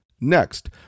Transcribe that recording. Next